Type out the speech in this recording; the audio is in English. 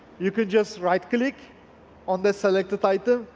you can just right click on the selected title.